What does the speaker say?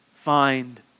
find